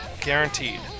guaranteed